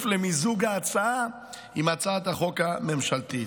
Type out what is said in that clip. למיזוג ההצעה עם הצעת החוק הממשלתית.